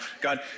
God